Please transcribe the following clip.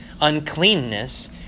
uncleanness